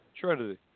Trinity